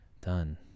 Done